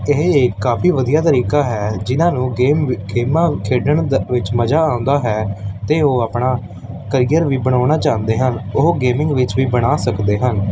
ਇਹ ਕਾਫੀ ਵਧੀਆ ਤਰੀਕਾ ਹੈ ਜਿਨ੍ਹਾਂ ਨੂੰ ਗੇਮ ਗੇਮਾਂ ਖੇਡਣ ਦਾ ਵਿੱਚ ਮਜ਼ਾ ਆਉਂਦਾ ਹੈ ਅਤੇ ਉਹ ਆਪਣਾ ਕਰੀਅਰ ਵੀ ਬਣਾਉਣਾ ਚਾਹੁੰਦੇ ਹਾਂ ਉਹ ਗੇਮਿੰਗ ਵਿੱਚ ਵੀ ਬਣਾ ਸਕਦੇ ਹਨ